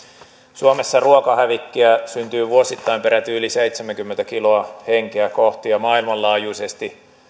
suomessa ruokahävikkiä syntyy vuosittain peräti yli seitsemänkymmentä kiloa henkeä kohti ja maailmanlaajuisesti